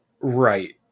Right